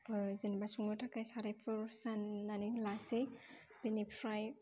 जेनेबा संनो थाखाय सारायफोर जाननानै लासै बेनिफ्राय